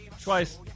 Twice